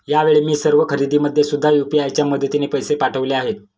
यावेळी मी सर्व खरेदीमध्ये सुद्धा यू.पी.आय च्या मदतीने पैसे पाठवले आहेत